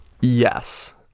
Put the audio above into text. Yes